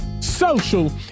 social